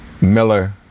Miller